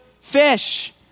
fish